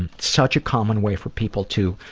and such a common way for people to